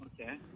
Okay